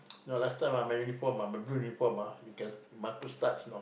no last time my uniform my blue uniform you can my boots starts know